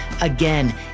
Again